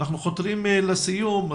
אנחנו חותרים לסיום,